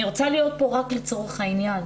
אני רוצה להיות פה רק לצורך העניין.